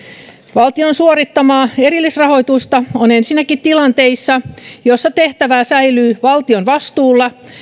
valtion suorittamaa erillisrahoitusta on ensinnäkin tilanteissa joissa tehtävä säilyy valtion vastuulla